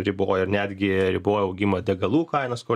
riboja ir netgi riboja augimą degalų kainas ko